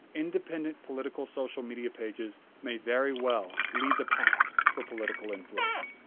independent political social media pages may very well lead the pack for political influence.